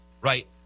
right